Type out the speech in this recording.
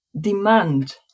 demand